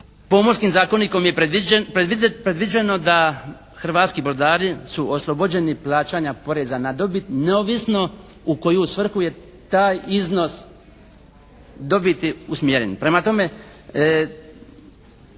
Pomorskim zakonikom je predviđeno da hrvatski brodari su oslobođeni plaćanja poreza na dobit neovisno u koju svrhu je taj iznos dobiti usmjeren.